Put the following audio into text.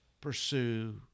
pursue